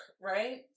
right